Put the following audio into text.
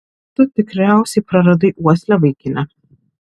tu tikriausiai praradai uoslę vaikine